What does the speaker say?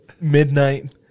midnight